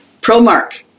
ProMark